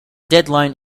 deadline